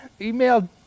email